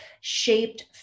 shaped